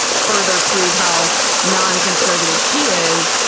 further prove how non-conservatives she is.